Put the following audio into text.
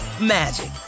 magic